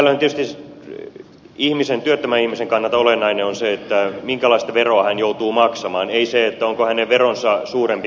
tällöinhän tietysti työttömän ihmisen kannalta olennaista on se minkälaista veroa hän joutuu maksamaan ei se onko hänen veronsa suurempi kuin sen työssä olevan